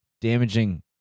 damaging